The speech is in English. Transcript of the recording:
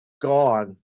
Gone